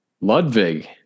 Ludwig